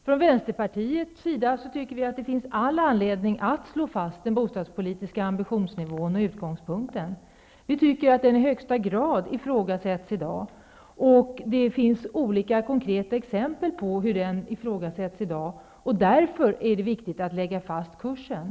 Från vänsterpartiets sida tycker vi att det finns all anledning att slå fast den bostadspolitiska ambitionsnivån och utgångspunkten. Vi tycker att den i dag ifrågasätts i högsta grad -- det finns det konkreta exempel på -- och därför är det viktigt att lägga fast kursen.